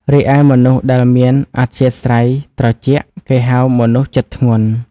រីឯមនុស្សដែលមានអធ្យាស្រ័យត្រជាក់ គេហៅមនុស្សចិត្តធ្ងន់ ។